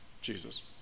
Jesus